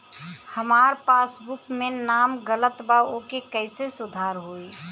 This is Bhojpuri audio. हमार पासबुक मे नाम गलत बा ओके कैसे सुधार होई?